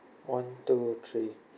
one two three